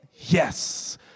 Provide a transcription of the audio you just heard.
Yes